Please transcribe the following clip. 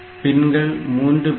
பின்கள் 3